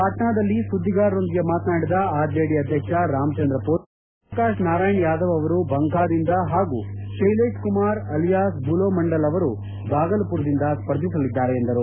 ಪಾಟ್ಯಾದಲ್ಲಿ ಸುಧಿಗಾರರೊಂದಿಗೆ ಮಾತನಾಡಿದ ಆರ್ಜೆಡಿ ಅಧ್ಯಕ್ಷ ರಾಮಚಂದ್ರ ಪೂರ್ವೆ ಜಯಪ್ರಕಾಶ್ ನಾರಾಯಣ್ ಯಾದವ್ ಅವರು ಭಂಕಾದಿಂದ ಹಾಗೂ ಶೈಲೇಶ್ ಕುಮಾರ್ ಅಲಿಯಾಸ್ ಬುಲೊ ಮಂಡಲ್ ಅವರು ಬಾಗಲ್ಪುರದಿಂದ ಸ್ಪರ್ಧಿಸಲಿದ್ದಾರೆ ಎಂದರು